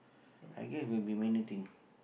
I guess will be many things